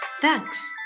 Thanks